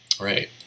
right